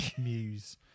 Muse